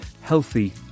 healthy